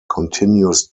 continuous